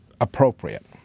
appropriate